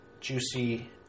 juicy